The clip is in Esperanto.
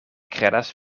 kredas